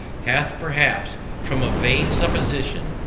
hath, perhaps, from a vain supposition,